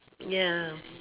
ya